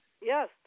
Yes